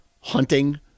hunting